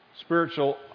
spiritual